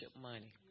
money